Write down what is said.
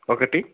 ఒకటి